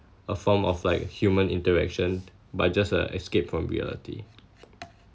a form of like human interaction but just a escape from reality